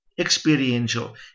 experiential